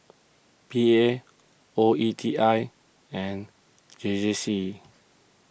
P A O E T I and J J C